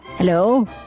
Hello